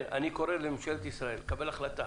אני קורא לממשלת ישראל לקבל החלטה,